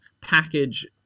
package